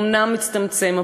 הפער אומנם מצטמצם,